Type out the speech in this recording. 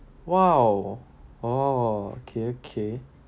!wow! oh okay okay